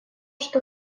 что